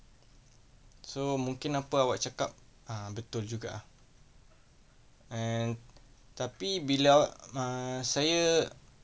so mungkin apa awak cakap err betul juga ah and tapi bila awak err saya